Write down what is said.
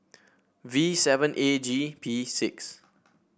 V seven A G P six